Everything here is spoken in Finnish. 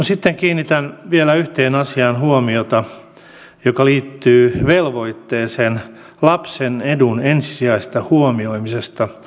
sitten kiinnitän huomiota vielä yhteen asiaan joka liittyy velvoitteeseen lapsen edun ensisijaisesta huomioimisesta lainsäädäntömenettelyssä